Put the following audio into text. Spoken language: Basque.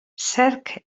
zerk